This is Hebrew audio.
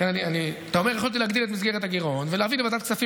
הכוללים הסתייעות במשטרת ישראל והוצאת צווים